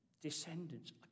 descendants